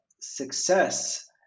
success